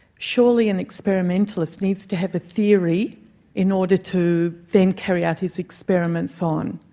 surely an experimentalist needs to have a theory in order to then carry out his experiments on.